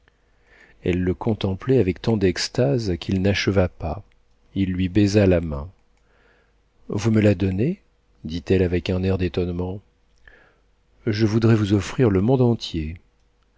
elle le contemplait avec tant d'extase qu'il n'acheva pas il lui baisa la main vous me la donnez dit-elle avec un air d'étonnement je voudrais vous offrir le monde entier